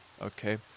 Okay